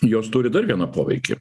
jos turi dar vieną poveikį